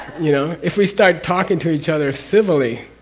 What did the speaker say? you know? if we start talking to each other civilly,